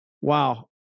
Wow